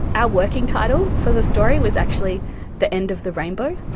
our working title for the story was actually the end of the rainbow,